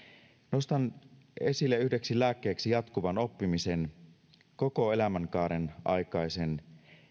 nostan esille yhdeksi lääkkeeksi jatkuvan oppimisen koko elämänkaaren aikaisen